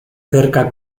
cerca